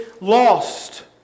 lost